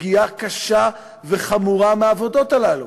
פגיעה קשה וחמורה מהעבודות הללו,